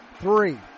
three